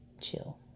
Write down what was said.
chill